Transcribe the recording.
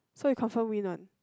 so you confirm win one